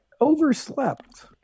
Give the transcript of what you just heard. Overslept